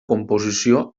composició